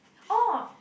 oh